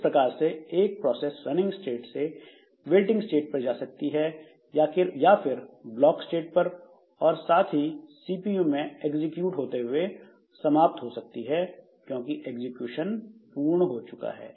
इस प्रकार से एक प्रोसेस रनिंग स्टेट से वेटिंग स्टेट पर जा सकती है या फिर ब्लॉक स्टेट पर और साथ ही सीपीयू में एग्जिक्यूट होते हुए समाप्त हो सकती है क्योंकि एग्जीक्यूशन पूर्ण हो चुका है